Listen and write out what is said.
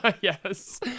Yes